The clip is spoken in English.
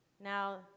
Now